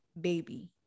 baby